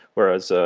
whereas, ah